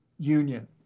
union